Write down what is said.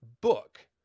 book